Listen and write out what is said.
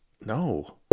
No